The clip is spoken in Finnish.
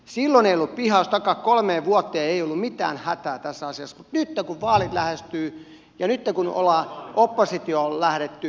silloin ei ollut pihaustakaan kolmeen vuoteen ei ollut mitään hätää tässä asiassa mutta nytten kun vaalit lähestyvät ja nytten kun ollaan oppositioon lähdetty kyllä ääni muuttui kellossa